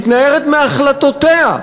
מתנערת מהחלטותיה,